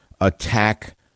attack